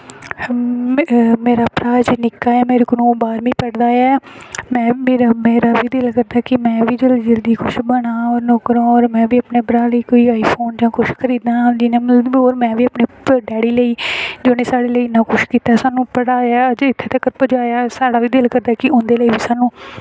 मेरा भ्राऽ मेरे कोला निक्का ऐ ओह् अजे बारहमीं पढ़दा ऐ मेरा बी दिल करदा कि में बी जेल्लै जल्दी कुछ बनांऽ होर नौकर होवां में आईफोन जां किश खरीदां ते में बी अपने डैडी लेई जिन्ने साढ़े लेई इन्ना किश कीता पढ़ाया ते इत्थें तगर पजाया ते साढ़ा बी दिल करदा कि उंदे लेई स्हानू